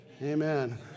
Amen